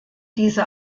diese